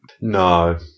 No